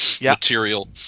material